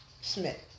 Smith